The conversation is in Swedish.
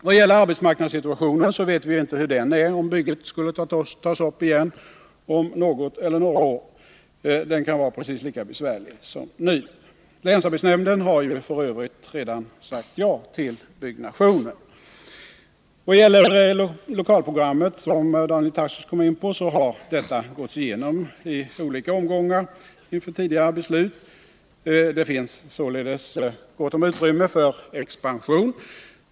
Vad gäller arbetsmarknadssituationen så vet vi ju inte hur den är om något eller några år. Den kan vara precis lika besvärlig som nu. Länsarbetsnämnden har ju f. ö. redan sagt ja till ombyggnaden. Vad gäller lokalprogrammet, som Daniel Tarschys kom in på, har detta gåtts igenom i olika omgångar inför tidigare beslut. Det finns således gott om utrymme för en expansion.